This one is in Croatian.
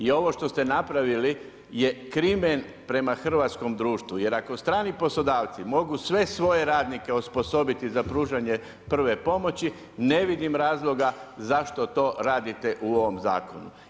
I ovo što ste napravili je krimen prema hrvatskom društvu, jer ako strani poslodavci mogu sve svoje radnike osposobiti za pružanje prve pomoći, ne vidim razloga, zašto to radite u ovom zakonu.